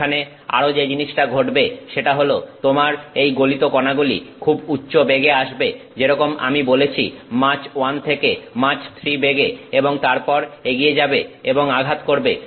সেখানে আরো যে জিনিসটা ঘটবে সেটা হল তোমার এই গলিত কণাগুলি খুব উচ্চ বেগে আসবে যেরকম আমি বলেছি মাচ 1 থেকে মাচ 3 বেগে এবং তারপর এগিয়ে যাবে এবং আঘাত করবে